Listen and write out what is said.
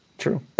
true